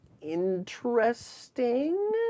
interesting